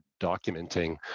documenting